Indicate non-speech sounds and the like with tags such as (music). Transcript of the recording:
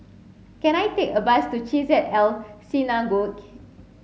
can I take a bus to Chesed El Synagogue (unintelligible)